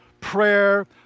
prayer